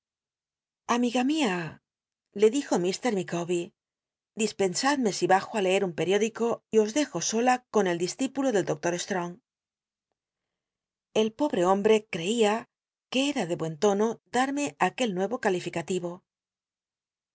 iga mia ltj dijo iít micawbér disptjn sadme si bajo á leer un periódico y os dl jo sola con el discípulo del doctor strong el pobre hombré creia qull era de buen loilo da ltle aquel nuevo calificatil'o